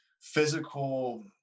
physical